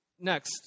Next